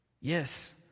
Yes